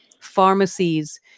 pharmacies